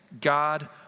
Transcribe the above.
God